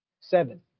Seven